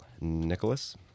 Nicholas